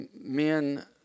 men